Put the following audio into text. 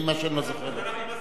מה שאני לא זוכר, אז אנחנו מסכימים.